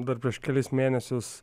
dar prieš kelis mėnesius